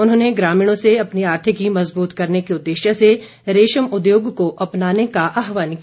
उन्होंने ग्रामीणों से अपनी आर्थिकी मजबूत करने के उद्देश्य से रेशम उद्योग को अपनाने का आहवान किया